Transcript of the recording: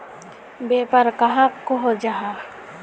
व्यापार कहाक को जाहा?